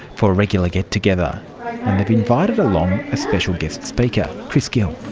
for a regular get-together. and they've invited along a special guest speaker, chris gill.